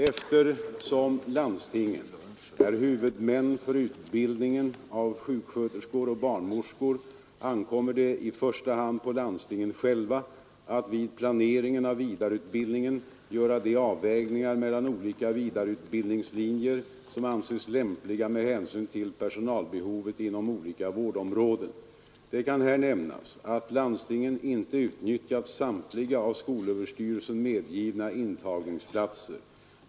Eftersom landstingen är huvudmän för utbildningen av sjuksköterskor och barnmorskor ankommer det i första hand på landstingen själva att vid planeringen av vidareutbildningen göra de avvägningar mellan olika vidareutbildningslinjer som anses lämpliga med hänsyn till personalbehovet inom olika vårdområden. Det kan här nämnas att landstingen inte utnyttjat samtliga av skolöverstyrelsen medgivna intagningsplatser.